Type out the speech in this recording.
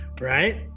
right